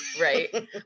Right